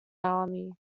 army